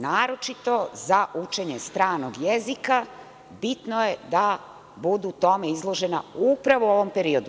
Naročito za učenje stranog jezika, bitno je da budu tome izložena upravo u ovom periodu.